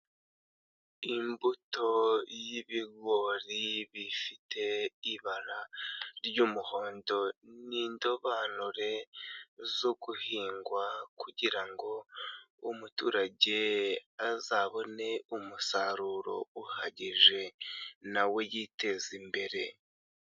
Imbuto y'ibigori bifite ibara ry'umuhondo, ni indobanure zoguhingwa kugira ngo umuturage azabone umusaruro uhagije nawe yiteza imbere.